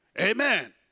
Amen